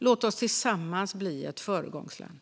Låt oss tillsammans bli ett föregångsland!